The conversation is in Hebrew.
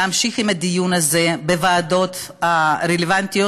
להמשיך את הדיון הזה בוועדות הרלוונטיות